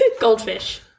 goldfish